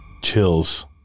chills